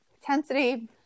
intensity